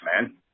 man